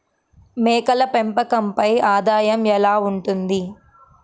మేకల పెంపకంపై ఆదాయం ఎలా ఉంటుంది?